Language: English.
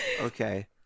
Okay